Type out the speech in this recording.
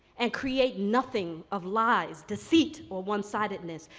and create nothing of lies, deceit, or one-sidedness.